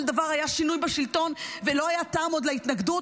דבר היה שינוי בשלטון ולא היה טעם עוד להתנגדות.